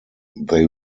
they